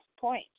point